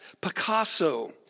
Picasso